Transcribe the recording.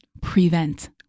prevent